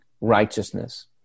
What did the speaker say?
righteousness